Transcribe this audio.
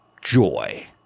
joy